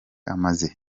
amaze